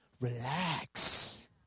relax